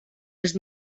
els